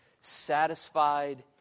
satisfied